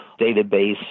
database